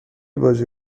بازی